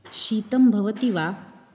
शीतं भवति वा